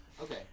okay